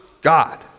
God